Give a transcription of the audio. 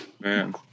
Man